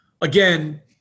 Again